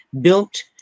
built